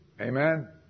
Amen